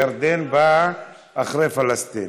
ירדן באה אחרי פלסטין.